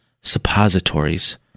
suppositories